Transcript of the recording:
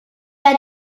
had